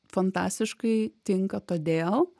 fantastiškai tinka todėl